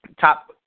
top